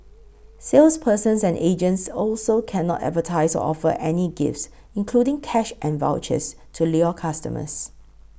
salespersons and agents also cannot advertise or offer any gifts including cash and vouchers to lure customers